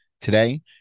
Today